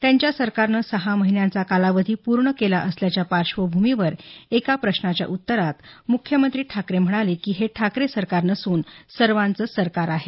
त्यांच्या सरकारनं सहा महिन्यांचा कालावधी पूर्ण केला असल्याच्या पार्श्वभूमीवर एका प्रश्नाच्या उत्तरात मुख्यमंत्री ठाकरे म्हणाले की हे ठाकरे सरकार नसून सर्वांचं सरकार आहे